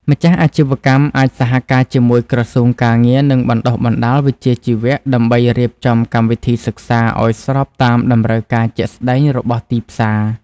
ម្ចាស់អាជីវកម្មអាចសហការជាមួយក្រសួងការងារ និងបណ្ដុះបណ្ដាលវិជ្ជាជីវៈដើម្បីរៀបចំកម្មវិធីសិក្សាឱ្យស្របតាមតម្រូវការជាក់ស្តែងរបស់ទីផ្សារ។